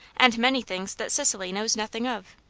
and many things that sicily knows nothing of.